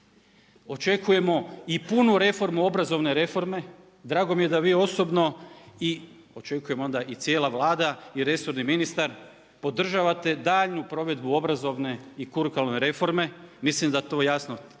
Očekujemo i punu reformu obrazovne reforme. Drago mi je da vi osobno, i očekujem onda i cijela Vlada, i resorni ministar podržavate daljnju provedbu obrazovne i kurikularne reforme. Mislim da to jasno treba